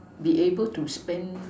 be able to spend